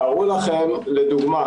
תארו לכם לדוגמה